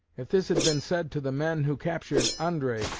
if this had been said to the men who captured andre,